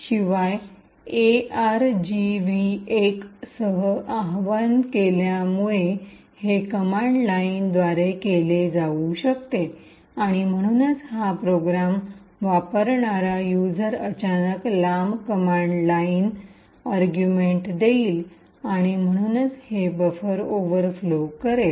शिवाय एआरजीव्ही१ सह आवाहन केल्यामुळे हे कमांड लाइनद्वारे केले जाऊ शकते आणि म्हणूनच हा प्रोग्राम वापरणारा युजर अचानक लांब कमांड लाइन युक्तिवाद अर्गुमेंट देईल आणि म्हणूनच हे बफर ओव्हरफ्लो करेल